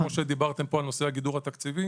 כפי שדיברתם על נושא הגידור התקציבי